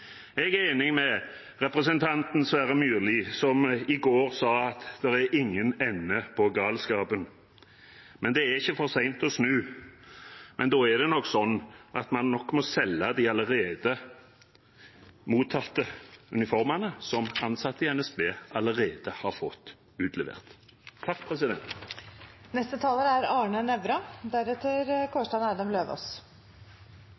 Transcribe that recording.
Jeg er enig med representanten Sverre Myrli som i går sa at det er ingen ende på galskapen. Men det er ikke for sent å snu. Men da må man nok selge de allerede mottatte uniformene, som ansatte i NSB allerede har fått utlevert. Endringsforslaget fra NSB er